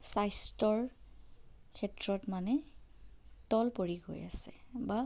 স্বাস্থ্যৰ ক্ষেত্ৰত মানে তল পৰি গৈ আছে বা